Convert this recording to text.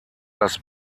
das